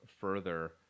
further